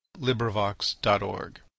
LibriVox.org